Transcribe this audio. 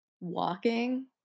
walking